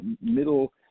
middle